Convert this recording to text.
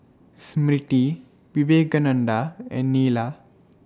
Smriti Vivekananda and Neila